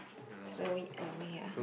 throw it away ah